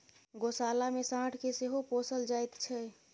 गोशाला मे साँढ़ के सेहो पोसल जाइत छै